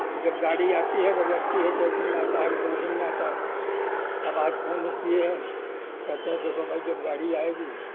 جب گاڑی آتی ہے جب لگتی ہے تو ایک دن میں آتا ہے کہ دو دن میں آتا ہے اب آج پھون کیے ہیں کہتے ہیں دیکھو بھائی جب گاڑی آئے گی